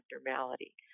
abnormality